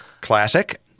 Classic